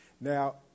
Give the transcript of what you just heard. Now